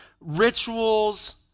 rituals